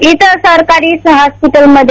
इतर सरकारी हॉस्पिटलमध्ये